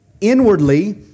inwardly